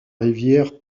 rivière